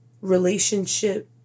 relationship